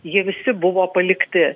jie visi buvo palikti